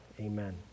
Amen